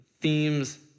themes